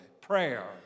Prayer